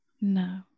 No